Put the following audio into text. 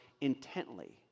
intently